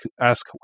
ask